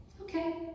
Okay